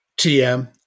TM